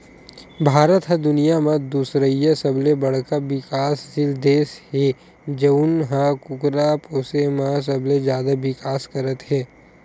भारत ह दुनिया म दुसरइया सबले बड़का बिकाससील देस हे जउन ह कुकरा पोसे म सबले जादा बिकास करत हे